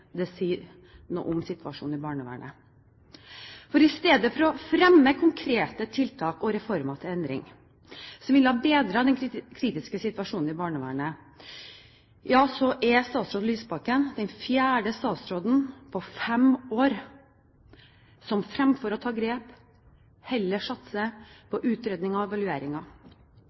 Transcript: om situasjonen i barnevernet. I stedet for å fremme konkrete tiltak og forslag til endring som ville ha bedret den kritiske situasjonen i barnevernet, er statsråd Lysbakken den fjerde statsråden på fem år som fremfor å ta grep heller satser på utredninger og